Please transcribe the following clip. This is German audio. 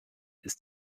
ist